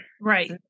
right